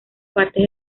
partes